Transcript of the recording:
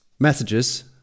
messages